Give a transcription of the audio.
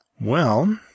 Well